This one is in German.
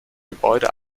gebäude